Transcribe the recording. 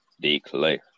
declare